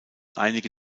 einige